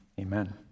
Amen